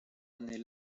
année